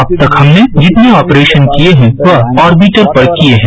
अब तक हमने जितने आपरेशन किए हैं वह आर्बिटर पर किए है